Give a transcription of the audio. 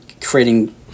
creating